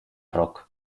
rock